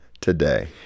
today